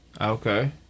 Okay